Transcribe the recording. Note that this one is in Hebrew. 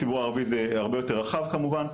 בציבור הערבי זה הרבה יותר רחב כמובן,